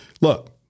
look